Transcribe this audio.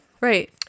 Right